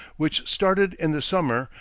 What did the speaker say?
which started in the summer,